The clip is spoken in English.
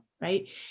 right